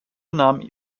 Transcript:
nahm